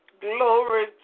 Glory